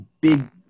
big